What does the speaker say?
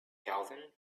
kelvin